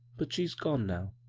but she's gone non